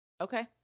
okay